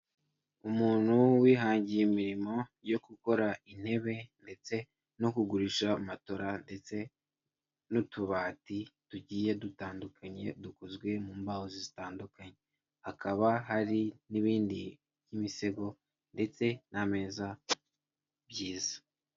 Umuntu wihangiye imirimo yo gukora intebe ndetse no kugurisha amatora ndetse n'utubati tugiye dutandukanye, dukozwe mu mbahoho zitandukanye, hakaba hari n'ibindi by'imisego ndetse n'ameza byiza.